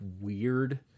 weird